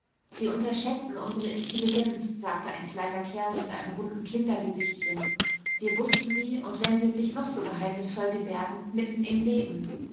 sie unterschätzen unsere intelligenz sagte ein kleiner kerl mit einem runden kindergesichtchen wir wußten sie und wenn sie sich noch so geheimnisvoll gebärden mitten im leben